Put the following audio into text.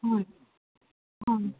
হয় অঁ